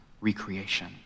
recreation